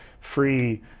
free